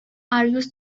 argues